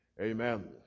amen